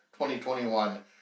2021